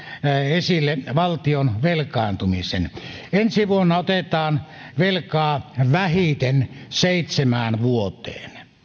esille valtion velkaantumisen ensi vuonna otetaan velkaa vähiten seitsemään vuoteen